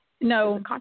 No